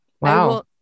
Wow